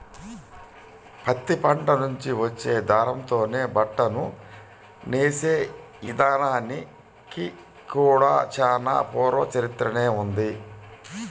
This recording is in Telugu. పత్తి పంట నుంచి వచ్చే దారంతోనే బట్టను నేసే ఇదానానికి కూడా చానా పూర్వ చరిత్రనే ఉంది